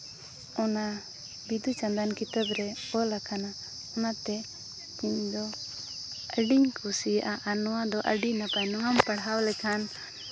ᱚᱱᱟ ᱵᱤᱫᱩᱼᱪᱟᱸᱫᱟᱱ ᱠᱤᱛᱟᱹᱵ ᱨᱮ ᱚᱞ ᱟᱠᱟᱱᱟ ᱚᱱᱟᱛᱮ ᱤᱧ ᱫᱚ ᱟᱹᱰᱤᱧ ᱠᱩᱥᱤᱭᱟᱜᱼᱟ ᱟᱨ ᱱᱚᱣᱟ ᱫᱚ ᱟᱹᱰᱤ ᱱᱟᱯᱟᱭ ᱱᱚᱣᱟᱢ ᱯᱟᱲᱦᱟᱣ ᱞᱮᱠᱷᱟᱱ